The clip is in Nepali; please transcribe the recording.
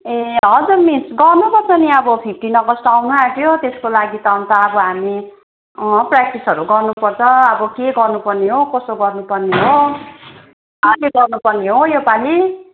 ए हजुर मिस गर्नुपर्छ नि अब फिफ्टिन अगस्ट त आउनु आँट्यो त्यसको लागि त अन्त अब हामी प्रेक्टिसहरू गर्नुपर्छ अब के गर्नुपर्ने हो कसो गर्नुपर्ने हो गर्नुपर्ने हो योपालि